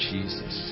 Jesus